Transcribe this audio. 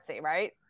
right